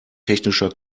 technischer